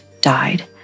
died